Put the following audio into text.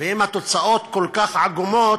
ואם התוצאות כל כך עגומות,